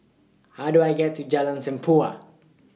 How Do I get to Jalan Tempua